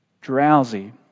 drowsy